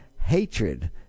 hatred